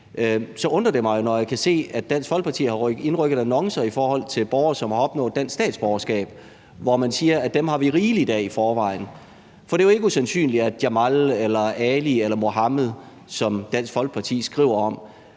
undrer det mig, at jeg kan se, at Dansk Folkeparti har indrykket annoncer om borgere, som har opnået dansk statsborgerskab, hvor man siger, at dem har vi rigeligt af i forvejen. Det er jo ikke usandsynligt, at Jamal, Ali eller Mohammed, som Dansk Folkeparti skriver om,